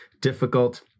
difficult